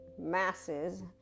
masses